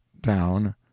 down